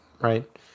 right